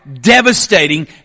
devastating